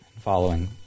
following